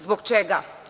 Zbog čega?